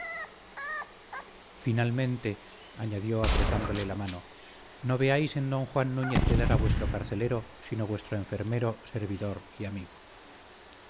finalmente añadió apretándole la mano no veáis en don juan núñez de lara vuestro carcelero sino vuestro enfermero servidor y amigo